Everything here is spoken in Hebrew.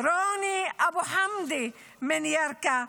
רוני אבו חמדה מירכא,